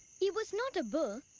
he was not a bull,